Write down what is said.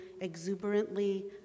exuberantly